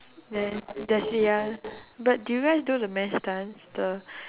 then that's it ah but did you guys do the mass dance the